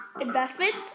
investments